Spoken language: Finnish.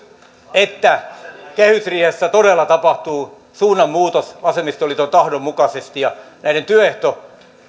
että kehysriihessä todella tapahtuu suunnanmuutos vasemmistoliiton tahdon mukaisesti ja näiden työehtojen